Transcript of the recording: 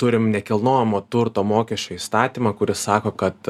turim nekilnojamo turto mokesčio įstatymą kuris sako kad